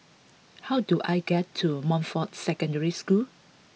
how do I get to Montfort Secondary School